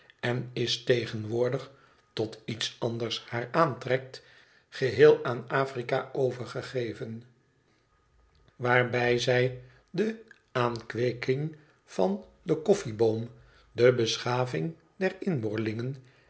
en is tegenwoordig tot iets anders haar aantrekt geheel aan afrika overgegeven waarbij zij de aankweeking van den koffieboom de beschaving der inboorlingen